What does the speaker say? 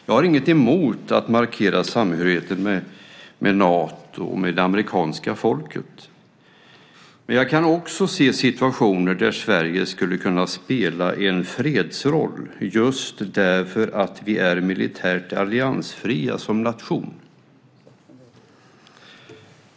Jag har inget emot att markera samhörigheten med Nato och med det amerikanska folket, men jag kan också se situationer där Sverige skulle kunna spela en fredsroll just därför att Sverige är militärt alliansfritt som nation.